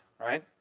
right